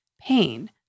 pain